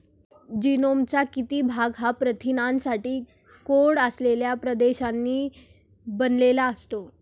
जीनोमचा किती भाग हा प्रथिनांसाठी कोड असलेल्या प्रदेशांनी बनलेला असतो?